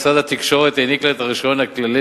ומשרד התקשורת העניק לה את הרשיון הכללי